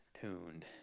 tuned